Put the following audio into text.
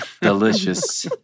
delicious